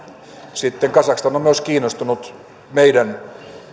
sitten kazakstan on myös kiinnostunut paitsi meidän